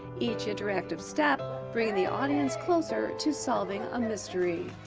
each interactive step bringing the audience closer to solving a mystery.